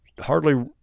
hardly